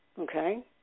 okay